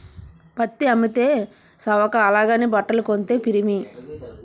పత్తి అమ్మితే సవక అలాగని బట్టలు కొంతే పిరిమి